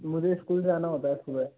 मुझे स्कूल जाना होता है सुबह